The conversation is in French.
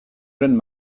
jeunes